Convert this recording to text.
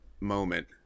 moment